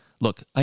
look